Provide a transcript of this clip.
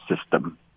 system